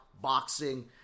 boxing